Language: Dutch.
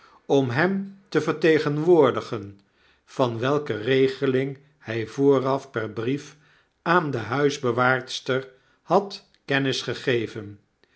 om hem te vertegenwoordigen van welke regeling hij vooraf per brief aan de huisbewaarster had kennis gegeven